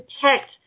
protect